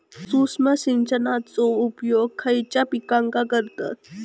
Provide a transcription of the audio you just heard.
सूक्ष्म सिंचनाचो उपयोग खयच्या पिकांका करतत?